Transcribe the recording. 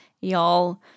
y'all